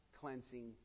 cleansing